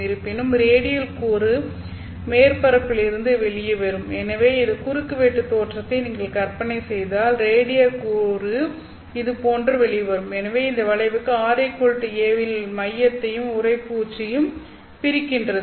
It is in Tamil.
இருப்பினும் ரேடியல் கூறு மேற்பரப்பில் இருந்து வெளியே வரும் எனவே இதை குறுக்கு வெட்டு தோற்றத்தை நீங்கள் கற்பனை செய்தால் ரேடியல் கூறு இதுபோன்று வெளிவரும் எனவே இந்த வளைவுக்கு r a இல் மையத்தையும் உறைப்பூச்சையும் பிரிக்கிறது